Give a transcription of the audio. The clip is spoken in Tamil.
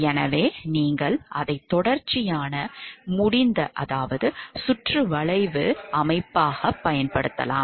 எனவே நீங்கள் அதை தொடர்ச்சியான முடிந்த சுற்றுவளைவுமூடிய லூப் அமைப்பாகப் பயன்படுத்தலாம்